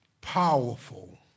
powerful